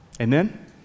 Amen